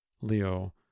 Leo